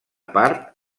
part